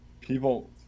People